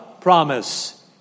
promise